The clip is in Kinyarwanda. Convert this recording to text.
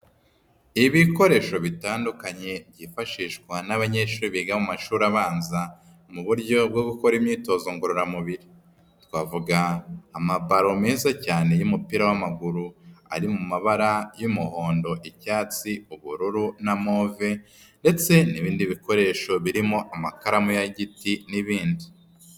Ibikoresho bitandukanye byifashishwa n'abanyeshuri biga mu mashuri abanza, mu buryo bwo gukora imyitozo ngorora mubiri. Twavuga amabalo meza cyane y'umupira w'amaguru ari mu mabara y'umuhondo, icyatsi, ubururu na move, ndetse n'ibindi bikoresho birimo amakaramu ya giti n'ibindi.